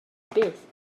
byth